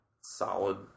Solid